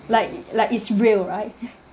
like like is real right